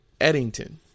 Eddington